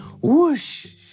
whoosh